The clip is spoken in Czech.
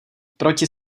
proti